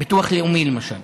ביטוח לאומי, למשל,